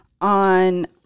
on